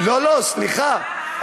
לא, סליחה.